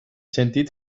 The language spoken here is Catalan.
sentit